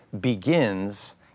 begins